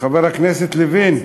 חבר הכנסת לוין,